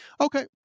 Okay